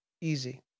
easy